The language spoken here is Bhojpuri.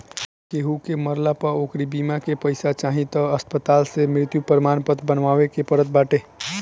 केहू के मरला पअ ओकरी बीमा के पईसा चाही तअ अस्पताले से मृत्यु प्रमाणपत्र बनवावे के पड़त बाटे